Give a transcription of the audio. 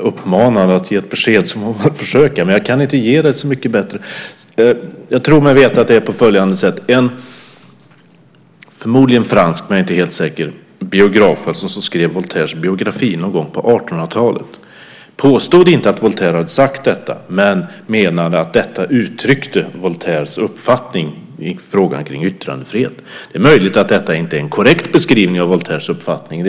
uppmanad ett ge ett besked må man försöka. Men jag kan inte ge dig ett så mycket bättre svar. Jag tror mig veta att det är på följande sätt. En förmodligen fransk, men jag är inte helt säker, biograf som skrev Voltaires biografi någon gång på 1800-talet påstod inte att Voltaire hade sagt detta. Men han menade att detta uttryckte Voltaires uppfattning i frågan om yttrandefrihet. Det är möjligt att detta inte är en korrekt beskrivning av Voltaires uppfattning.